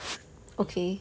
okay